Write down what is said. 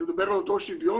שמדבר על אותו שוויון,